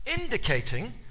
indicating